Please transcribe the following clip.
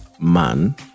man